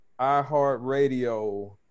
iHeartRadio